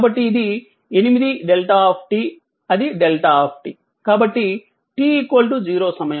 కాబట్టి ఇది 8 δ అది δ కాబట్టి t 0 సమయం